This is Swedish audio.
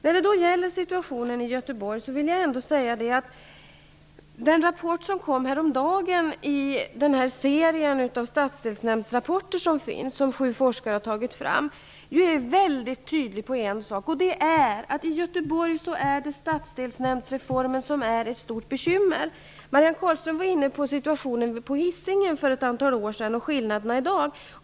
När det gäller situationen i Göteborg så framgår det väldigt tydligt av den rapport i serien av stadsdelsnämndsrapporter som kom häromdagen och som sju forskare har tagit fram, att stadsdelsnämndsreformen är ett stort bekymmer i Göteborg. Marianne Carlström var inne på skillnaden mellan situationen på Hisingen för ett antal år sedan och i dag.